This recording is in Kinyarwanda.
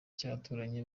cy’abaturanyi